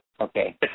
Okay